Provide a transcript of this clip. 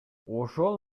ошол